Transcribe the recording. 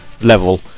level